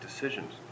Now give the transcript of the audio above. decisions